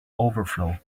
overflow